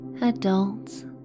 Adults